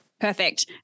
perfect